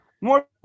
More